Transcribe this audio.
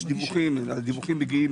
יש דיווחים שמגיעים